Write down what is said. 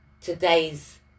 today's